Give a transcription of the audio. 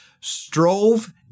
strove